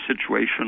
situation